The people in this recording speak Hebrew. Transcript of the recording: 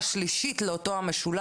לאותו המשולש,